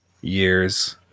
years